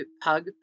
Pug